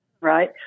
right